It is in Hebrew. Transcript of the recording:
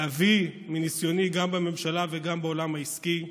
להביא מניסיוני גם בממשלה וגם בעולם העסקי,